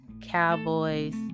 cowboys